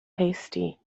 hasty